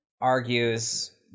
argues